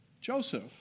Joseph